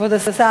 כבוד השר,